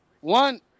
One